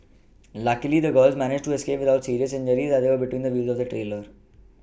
luckily the girls managed to escape without serious injuries as they were between the wheels of the trailer